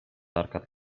arkad